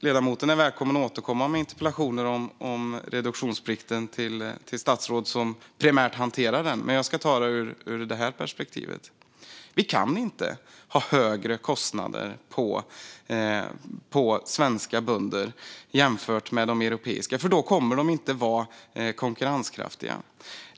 Ledamoten är välkommen att återkomma med interpellationer om reduktionsplikten till de statsråd som primärt hanterar den, men jag ska ta det ur detta perspektiv. Svenska bönder kan inte ha högre kostnader än de europeiska, för då kommer de inte att vara konkurrenskraftiga.